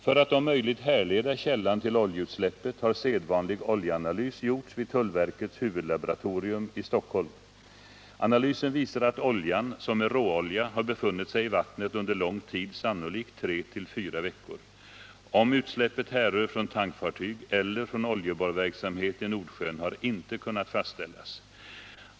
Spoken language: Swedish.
För att om möjligt härleda källan till oljeutsläppet har sedvanlig oljeanalys gjorts vid tullverkets huvudlaboratorium i Stockholm. Analysen visar att oljan, som är råolja, har befunnit sig i vattnet under lång tid, sannolikt tre till fyra veckor. Om utsläppet härrör från tankfartyg eller från oljeborrverksamheten i Nordsjön har inte kunnat fastställas.